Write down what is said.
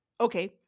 okay